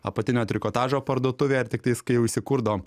apatinio trikotažo parduotuvė ir tiktais kai jau įsikurdavom